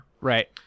Right